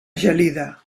gelida